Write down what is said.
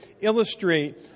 illustrate